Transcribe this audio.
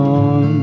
on